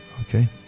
Okay